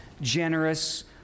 generous